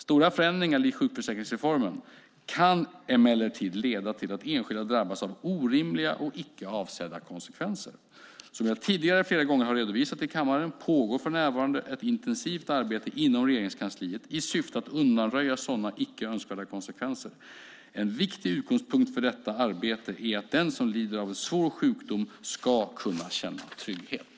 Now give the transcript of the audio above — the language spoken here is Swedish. Stora förändringar likt sjukförsäkringsreformen kan emellertid leda till att enskilda drabbas av orimliga och icke avsedda konsekvenser. Som jag tidigare flera gånger har redovisat i kammaren pågår för närvarande ett intensivt arbete inom Regeringskansliet i syfte att undanröja sådana icke önskvärda konsekvenser. En viktig utgångspunkt för detta arbete är att den som lider av svår sjukdom ska kunna känna trygghet.